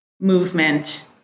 movement